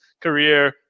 career